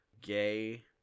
gay